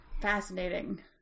Fascinating